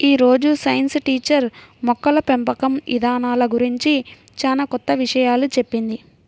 యీ రోజు science teacher మొక్కల పెంపకం ఇదానాల గురించి చానా కొత్త విషయాలు చెప్పింది